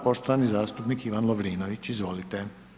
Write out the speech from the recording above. Poštovani zastupnik Ivan Lovrinović, izvolite.